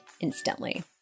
instantly